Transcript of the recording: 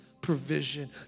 provision